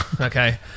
Okay